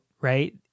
right